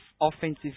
offensive